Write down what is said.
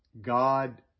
God